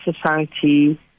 society